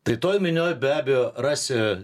tai toj minioje be abejo rasi